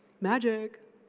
magic